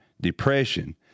depression